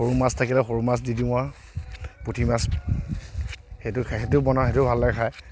সৰু মাছ থাকিলে সৰু মাছ দি দিও আৰু পুঠি মাছ সেইটো খাই সেইটো বনাওঁ সেইটোও ভাল লাগে খাই